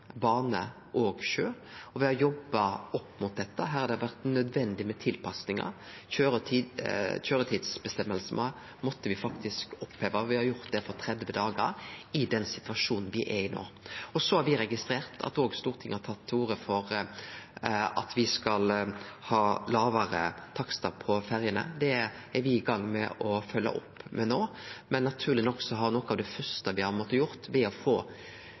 bane og sjø. Me har jobba med dette, for her har det vore nødvendig med tilpassingar. Køyretidsføresegnene måtte me faktisk oppheve. Me har gjort det for 30 dagar i den situasjonen me er i no. Så har me registrert at også Stortinget har tatt til orde for lågare takstar på ferjene. Det er me i gang med å følgje opp no. Noko av det første me har måtta gjere, har naturleg nok vore å få